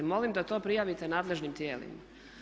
Molim da to prijavite nadležnim tijelima.